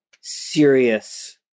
serious